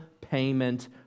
payment